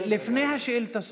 לפני השאילתה,